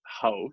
house